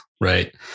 right